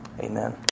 Amen